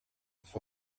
for